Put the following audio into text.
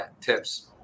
tips